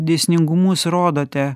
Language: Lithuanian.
dėsningumus rodote